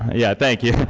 yeah, thank you.